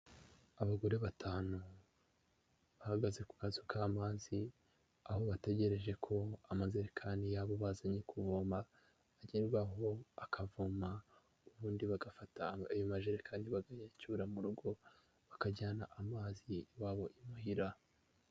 Abagore batanu bahagaze ku kazu k'amazi aho bategereje ko amajerekani yabo bazanye kuvoma agerwaho bakavoma, ubundi bagafata ayo majekani bakayacyura mu rugo bakajyana amazi iwabo imuhira.